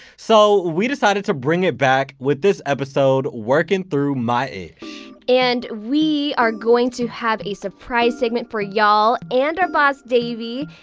so, we decided to bring it back with this episode. working through my ish and we are going to have a surprise segment for y'all, and our boss davey,